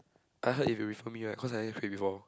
I heard if you refer me right cause I never before